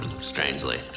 strangely